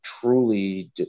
Truly